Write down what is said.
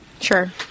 Sure